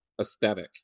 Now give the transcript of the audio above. aesthetic